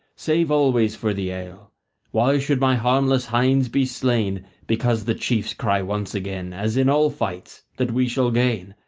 save always for the ale why should my harmless hinds be slain because the chiefs cry once again, as in all fights, that we shall gain,